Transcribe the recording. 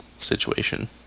situation